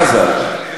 אנטי-דמוקרטי.